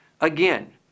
Again